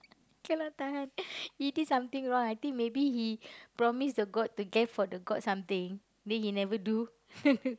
cannot tahan he did something wrong I think maybe he promise the god to gave for the god something then he never do